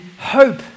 hope